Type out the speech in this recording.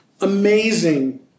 Amazing